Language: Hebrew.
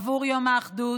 עבור יום האחדות,